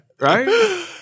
Right